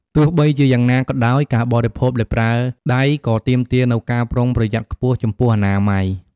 ទោះបីជាយ៉ាងណាក៏ដោយ ការបរិភោគដោយប្រើដៃក៏ទាមទារនូវការប្រុងប្រយ័ត្នខ្ពស់ចំពោះអនាម័យ។